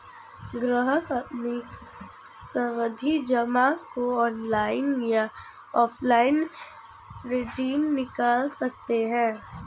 ग्राहक अपनी सावधि जमा को ऑनलाइन या ऑफलाइन रिडीम निकाल सकते है